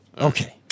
Okay